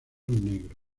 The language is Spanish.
negro